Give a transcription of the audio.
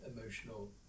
emotional